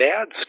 dads